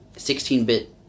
16-bit